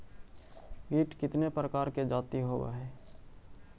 कीट कीतने प्रकार के जाती होबहय?